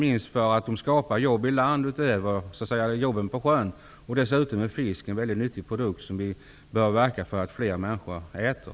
Förutom att de skapar jobb på sjön skapar de jobb på land. Fisken är dessutom en mycket nyttig produkt, som vi bör verka för att fler människor äter.